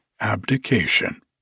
abdication